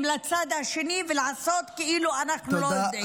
לצד השני ולעשות כאילו אנחנו לא יודעים.